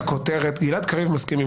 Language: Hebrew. ובנוסף אפשר לייצר מסמכים חוקתיים שיכללו